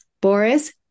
Boris